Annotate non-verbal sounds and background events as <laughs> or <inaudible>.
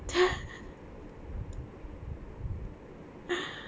<laughs>